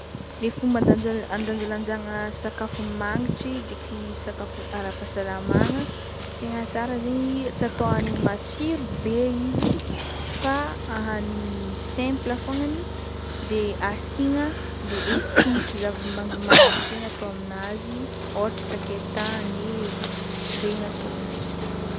Ny fomba andanjal- andanjalanjagna sakafo magnitry de ki i sakafo ara-pahasalamagna tega tsara zegny tsy atao hagnigny matsiro be izy fa a hanigny simple fognany de asiagna le éspice zava-magimangnitry regny atao amin'azy ôhatra sakay tany e, ndregny atao amin'azy.